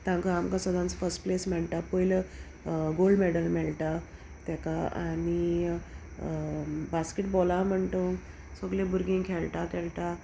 तांकां आमकां सदांच फर्स्ट प्लेस मेळटा पयलो गोल्ड मॅडल मेळटा तेका आनी बास्केटबॉला म्हणटा सगलें भुरगीं खेळटा खेळटा